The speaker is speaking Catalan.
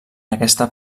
aquesta